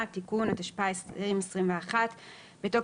בין היתר